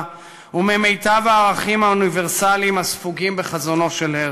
וממיטב הערכים האוניברסליים הספוגים בחזונו של הרצל,